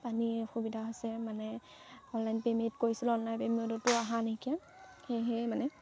পানীৰ অসুবিধা হৈছে মানে অনলাইন পে'মেণ্ট কৰিছিলোঁ অনলাইন পেমেণ্টতো অহা নেকি সেয়েহে মানে